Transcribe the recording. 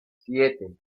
siete